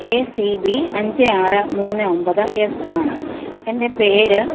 A C B അഞ്ച് ആറ് മൂന്ന് ഒമ്പത് എസ് ആണ് എന്റെ പേര്